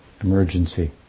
Emergency